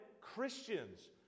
Christians